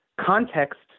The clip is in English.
context